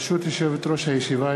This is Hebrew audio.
ברשות יושבת-ראש הישיבה,